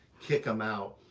kick em out,